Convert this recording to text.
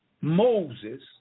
Moses